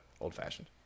old-fashioned